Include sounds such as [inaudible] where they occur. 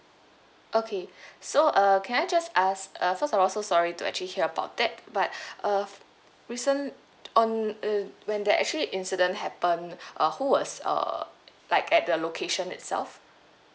okay [breath] so uh can I just ask uh first of all so sorry to actually hear about that but [breath] uh recent um err when the actual incident happened [breath] uh who was uh like at the location itself